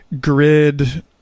grid